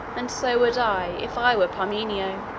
and so would i if i were parmenio.